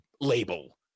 label